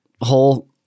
whole